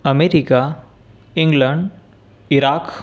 America England Iraq